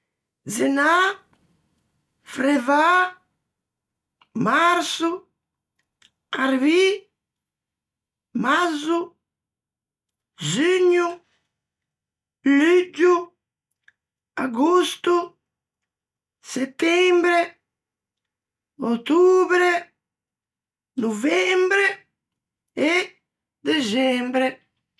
Zenâ, frevâ, marso, arvî, mazzo, zugno, luggio, agosto, settembre, ötobre, novembre, dexembre.